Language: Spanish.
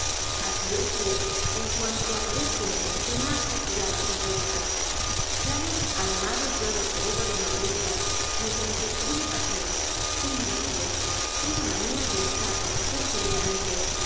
así es que en cuanto aparecen en escena ya nos interesan salen animados ya del cerebro del norelisla mediante una pasion un vicio una manía que nos da t conocer seguidamente